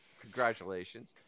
Congratulations